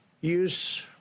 use